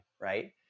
right